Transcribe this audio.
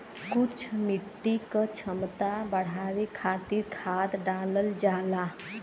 कुछ मिट्टी क क्षमता बढ़ावे खातिर खाद डालल जाला